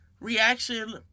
reaction